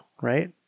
Right